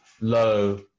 low